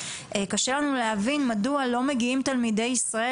קשה לנו להבין מדוע לא מגיעים תלמידי ישראל